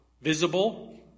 visible